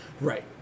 Right